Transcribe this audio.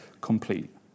complete